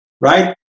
right